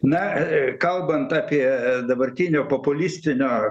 na kalbant apie dabartinio populistinio